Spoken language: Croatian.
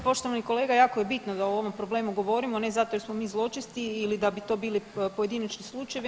Poštovani kolega, jako je bitno da o ovome problemu govorimo ne zato jer smo mi zločesti ili da bi to bili pojedinačni slučajevi.